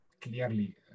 clearly